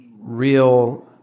real